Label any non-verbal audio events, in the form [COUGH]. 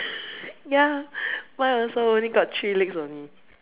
[LAUGHS] ya mine also only got three legs only